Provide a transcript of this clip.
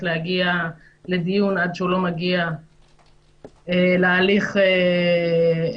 להגיע לדיון עד שהוא לא מגיע להליך המהו"ת.